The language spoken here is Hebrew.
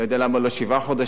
אני לא יודע למה לא שבעה חודשים,